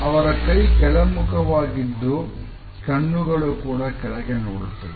ಅವರ ಕೈ ಕೆಳಮುಖವಾಗಿ ದ್ದು ಕಣ್ಣುಗಳು ಕೂಡ ಕೆಳಗೆ ನೋಡುತ್ತಿದೆ